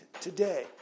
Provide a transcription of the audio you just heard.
today